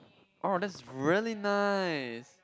oh that's really nice